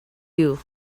you